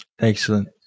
Excellent